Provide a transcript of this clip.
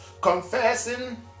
confessing